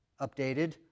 updated